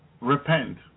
repent